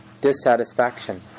dissatisfaction